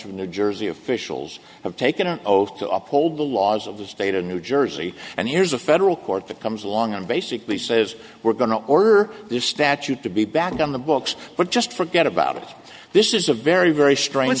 in new jersey officials have taken an oath to uphold the laws of the state of new jersey and here's a federal court that comes along and basically says we're going to order this statute to be back on the books but just forget about it this is a very very strong